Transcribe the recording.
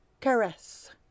caress